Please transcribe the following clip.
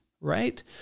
right